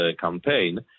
campaign